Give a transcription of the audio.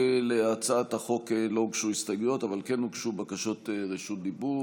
להצעת החוק לא הוגשו הסתייגויות אבל כן הוגשו בקשות רשות דיבור.